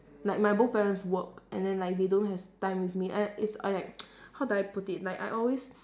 like my both parents work and then like they don't have time with me and then it's I like how do I put it like I always